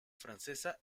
francesa